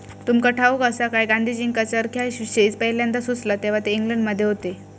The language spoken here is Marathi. तुमका ठाऊक आसा काय, गांधीजींका चरख्याविषयी पयल्यांदा सुचला तेव्हा ते इंग्लंडमध्ये होते